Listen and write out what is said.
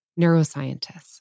Neuroscientists